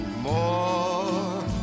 more